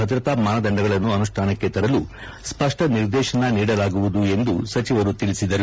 ಭದ್ರತಾ ಮಾನದಂಡಗಳನ್ನು ಅನುಷ್ಠಾನಕ್ಕೆ ತರಲು ಸ್ಪಷ್ಟ ನಿರ್ದೇಶನ ನೀಡಲಾಗುವುದು ಎಂದು ಸಚಿವರು ತಿಳಿಸಿದರು